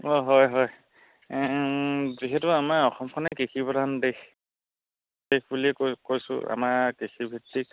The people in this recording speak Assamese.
অঁ হয় হয় যিহেতু আমাৰ অসমখনে কৃষি প্ৰধান দেশ দেশ বুলিয়ে ক কৈছোঁ আমাৰ কৃষিভিত্তিক